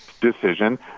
decision